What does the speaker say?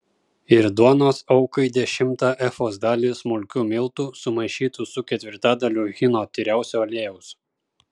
ir duonos aukai dešimtą efos dalį smulkių miltų sumaišytų su ketvirtadaliu hino tyriausio aliejaus